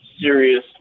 serious